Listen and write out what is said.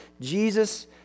Jesus